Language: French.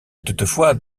toutefois